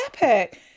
epic